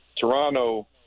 Toronto